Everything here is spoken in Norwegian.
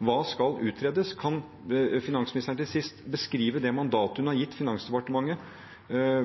Hva skal utredes? Kan finansministeren til sist beskrive det mandatet hun har gitt Finansdepartementet?